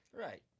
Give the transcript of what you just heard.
Right